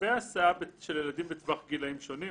לגבי הסעה של ילדים בטווח גילאים שונה,